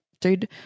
dude